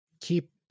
keep